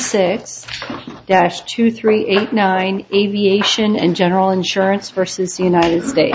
said dash two three eight nine aviation and general insurance versus united states